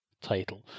title